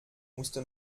musste